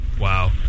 Wow